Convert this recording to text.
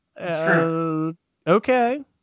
okay